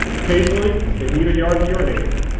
occasionally, they need a yard to urinate in.